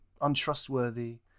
untrustworthy